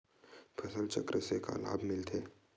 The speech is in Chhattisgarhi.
फसल चक्र से का लाभ मिलथे?